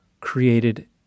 created